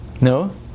No